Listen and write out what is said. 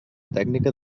tècnica